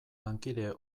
lankide